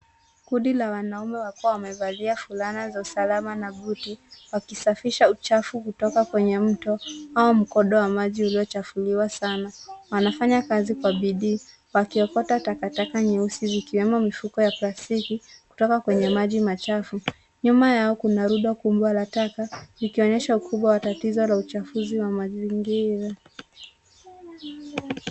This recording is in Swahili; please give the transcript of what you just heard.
Kundi la wanaume wakiwa wamevalia fulana za salama na buti wakisafisha uchafu kutoka kwenye mto au mkondo wa maji uliochafuliwa sana. Wanafanya kazi kwa bidii wakiokota takataka nyeusi zikiwemo mifuko ya plastiki kutoka kwenye maji machafu. Nyuma yao kuna rundo kubwa la taka likionyesha ukubwa wa tatizo la uchafuzi wa mazingira.